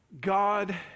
God